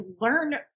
learn